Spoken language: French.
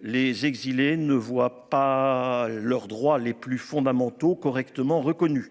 Les exilés ne voient pas leurs droits les plus fondamentaux correctement reconnus.